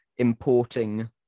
Importing